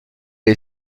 les